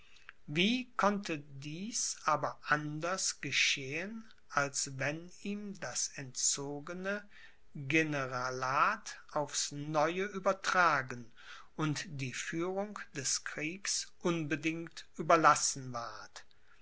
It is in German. wie konnte dies aber anders geschehen als wenn ihm das entzogene generalat aufs neue übertragen und die führung des kriegs unbedingt überlassen ward